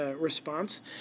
response